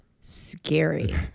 scary